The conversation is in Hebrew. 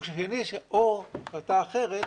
או החלטה אחרת,